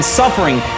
suffering